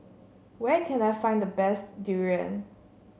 where can I find the best durian